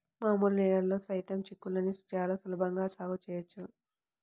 మామూలు నేలల్లో సైతం చిక్కుళ్ళని చాలా సులభంగా సాగు చేయవచ్చు